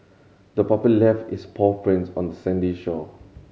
the puppy left its paw prints on the sandy shore